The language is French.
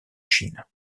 chine